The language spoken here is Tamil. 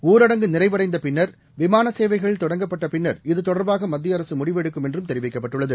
ஊரடங்குநிறைவடைந்தபின்னர் விமானசேவைகள் தொடங்கப்பட்டபின்னர் இத தொடர்பாகமத்தியஅரசுமுடிவு எடுக்கும் என்றும் தெரிவிக்கப்பட்டுள்ளது